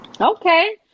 Okay